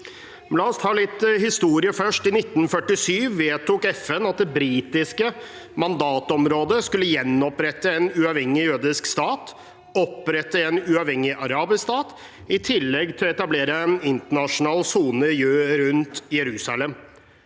La oss ta litt historie først: I 1947 vedtok FN at det britiske mandatområdet skulle gjenopprette en uavhengig jødisk stat og opprette en uavhengig arabisk stat i tillegg til å etablere en internasjonal sone rundt Jerusalem.